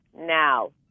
now